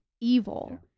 evil